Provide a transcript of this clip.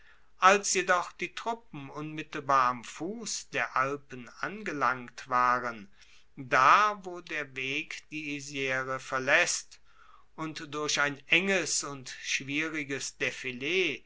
als jedoch die truppen unmittelbar am fuss der alpen angelangt waren da wo der weg die isre verlaesst und durch ein enges und schwieriges defilee